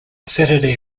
saturday